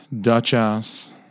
Duchess